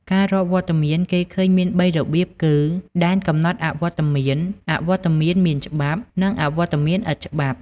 ការរាប់វត្តមានគេឃើញមានបីរបៀបគឺ ដែនកំណត់អវត្តមាន អវត្តមានមានច្បាប់ និង អវត្តមានឥតច្បាប់ ។